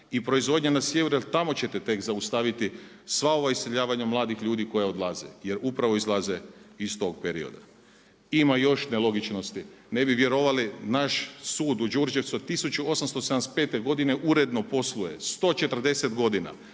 to proizvodnja na sjeveru jer tamo ćete tek zaustaviti sva ova iseljavanja mladih ljudi koji odlaze jer upravo odlaze iz tog perioda. Ima još nelogičnosti, ne bi vjerovali naš Sud u Đurđevcu od 1875. godine uredno posluje, 140 godina